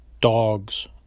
Dogs